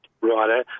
Right